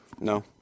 No